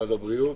משרד הבריאות?